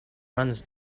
runs